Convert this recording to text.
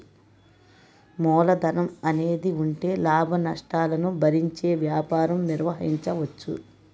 మూలధనం అనేది ఉంటే లాభనష్టాలను భరించే వ్యాపారం నిర్వహించవచ్చు